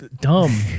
dumb